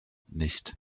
nicht